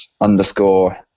underscore